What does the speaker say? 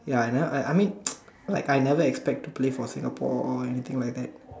ya and I I mean like I never expect to play for Singapore all or anything like that